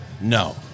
no